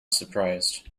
surprised